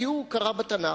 כי הוא קרא בתנ"ך,